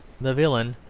the villain,